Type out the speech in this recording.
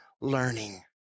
learning